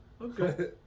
Okay